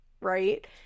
right